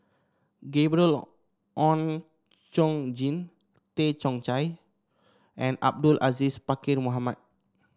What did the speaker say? Gabriel Oon Chong Jin Tay Chong Hai and Abdul Aziz Pakkeer Mohamed